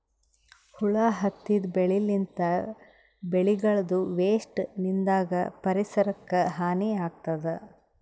ಹುಳ ಹತ್ತಿದ್ ಬೆಳಿನಿಂತ್, ಬೆಳಿಗಳದೂ ವೇಸ್ಟ್ ನಿಂದಾಗ್ ಪರಿಸರಕ್ಕ್ ಹಾನಿ ಆಗ್ತದ್